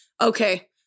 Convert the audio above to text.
Okay